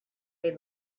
made